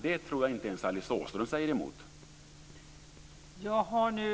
Jag tror att inte ens Alice Åström säger emot det.